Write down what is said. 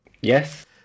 Yes